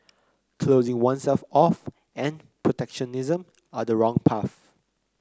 closing oneself off and protectionism are the wrong path